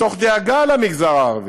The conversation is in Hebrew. מתוך דאגה למגזר הערבי,